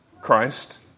Christ